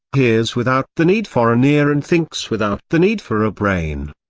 hears without the need for an ear and thinks without the need for a brain.